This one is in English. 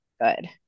good